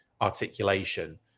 articulation